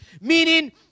Meaning